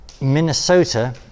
Minnesota